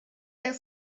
der